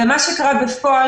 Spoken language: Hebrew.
מה שקרה בפועל,